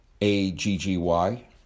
A-G-G-Y